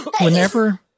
whenever